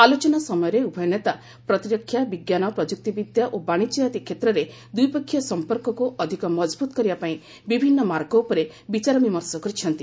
ଆଲୋଚନା ସମୟରେ ଉଭୟ ନେତା ପ୍ରତିରକ୍ଷା ବିଜ୍ଞାନ ପ୍ରଯୁକ୍ତି ବିଦ୍ୟା ଓ ବାଶିଜ୍ୟ ଆଦି କ୍ଷେତ୍ରରେ ଦ୍ୱିପକ୍ଷିୟ ସମ୍ପର୍କକୁ ଅଧିକ ମଜବୁତ କରିବା ପାଇଁ ବିଭିନ୍ନ ମାର୍ଗ ଉପରେ ବିଚାରବିମର୍ଷ କରିଛନ୍ତି